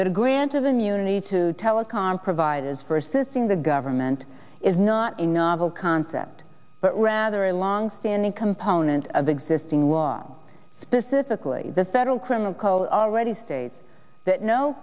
that a grant of immunity to telecom providers for assisting the government is not a novel concept but rather a long standing component of the existing law specifically the federal criminal code already states that no